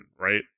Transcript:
right